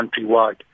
countrywide